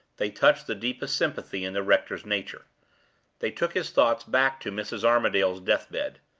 they touched the deepest sympathies in the rector's nature they took his thoughts back to mrs. armadale's deathbed.